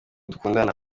dukundana